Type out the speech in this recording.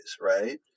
right